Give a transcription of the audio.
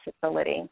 facility